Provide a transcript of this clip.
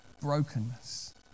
brokenness